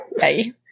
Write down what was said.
Hey